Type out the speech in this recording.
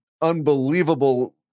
unbelievable